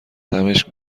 تمشک